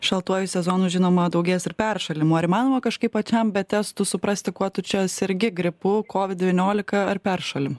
šaltuoju sezonu žinoma daugės ir peršalimo ar įmanoma kažkaip pačiam be testų suprasti kuo tu čia sergi gripu kovid devyniolika ar peršalimu